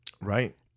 Right